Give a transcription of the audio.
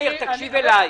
מאיר, תקשיב אליי.